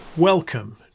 Welcome